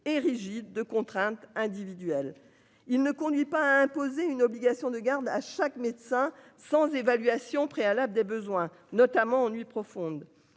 et rigide de contraintes individuelles. Il ne conduit pas à imposer une obligation de garde à chaque médecin sans évaluation préalable des besoins, notamment en nuit profonde.